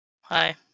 Hi